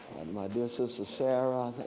my dear sister sarah,